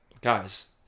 guys